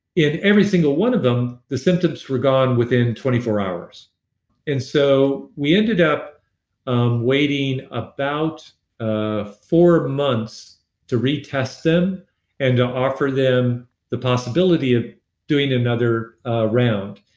in every single one of them, the symptoms were gone within twenty four hours and so we ended up waiting about ah four months to retest them and to offer them the possibility of doing another round.